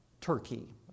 Turkey